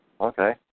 Okay